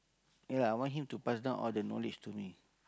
ya I want him to pass down all the knowledge to me